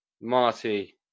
Marty